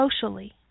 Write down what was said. socially